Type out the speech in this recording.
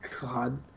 God